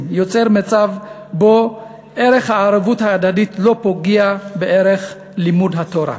יוצר מצב שבו ערך הערבות ההדדית לא פוגע בערך לימוד התורה.